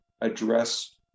address